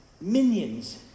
minions